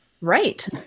Right